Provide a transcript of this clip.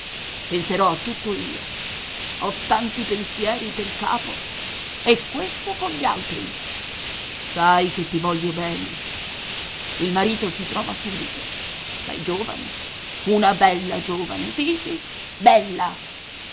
a tutto io ho tanti pensieri pel capo e questo cogli altri sai che ti voglio bene il marito si trova subito sei giovane una bella giovane sì sì bella